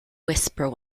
whisper